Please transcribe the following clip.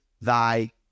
thy